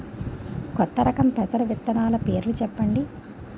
కొత్త రకం పెసర విత్తనాలు పేర్లు చెప్పండి?